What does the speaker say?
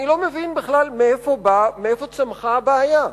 אני לא מבין בכלל מאיפה צמחה הבעיה.